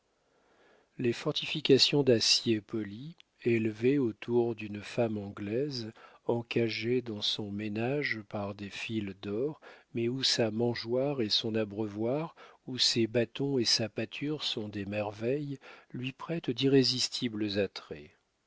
les fortifications d'acier poli élevées autour d'une femme anglaise encagée dans son ménage par des fils d'or mais où sa mangeoire et son abreuvoir où ses bâtons et sa pâture sont des merveilles lui prêtent d'irrésistibles attraits